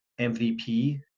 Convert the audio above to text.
MVP